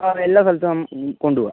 അതെ എല്ലാ സ്ഥലത്തും കൊണ്ട് പോകാം